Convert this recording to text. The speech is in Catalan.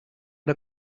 del